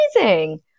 amazing